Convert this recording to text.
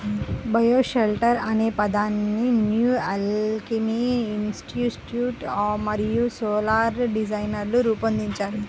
bioshelter అనే పదాన్ని new alchemy institute మరియు సోలార్ డిజైనర్లు రూపొందించారు